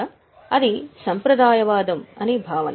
అది సంప్రదాయవాదం అనే భావన